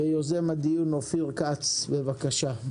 יוזם הדיון, אופיר כץ, בבקשה.